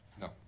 No